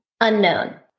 Unknown